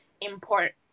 import